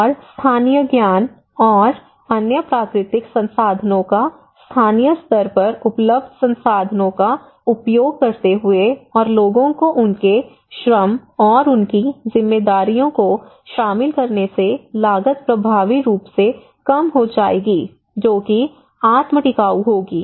और स्थानीय ज्ञान और अन्य प्राकृतिक संसाधनों का स्थानीय स्तर पर उपलब्ध संसाधनों का उपयोग करते हुए और लोगों को उनके श्रम और उनकी जिम्मेदारियों को शामिल करने से लागत प्रभावी रूप से कम हो जाएगी जो कि आत्म टिकाऊ होगी